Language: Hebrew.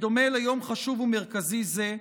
בדומה ליום חשוב ומרכזי זה,